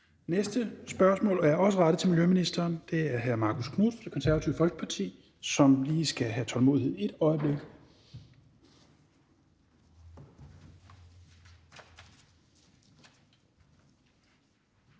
næste spørgsmål er også rettet til miljøministeren, og det er stillet af hr. Marcus Knuth fra Det Konservative Folkeparti, som lige skal have tålmodighed et øjeblik.